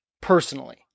personally